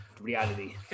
reality